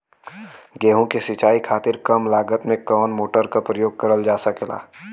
गेहूँ के सिचाई खातीर कम लागत मे कवन मोटर के प्रयोग करल जा सकेला?